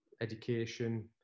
education